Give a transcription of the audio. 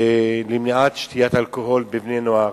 למניעת שתיית אלכוהול בקרב בני-נוער,